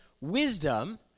wisdom